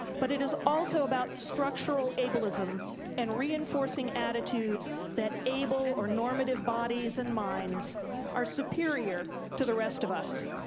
but it is also about structural ableism and reinforcing attitudes that able or normative bodies and minds are superior to the rest of us.